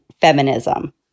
feminism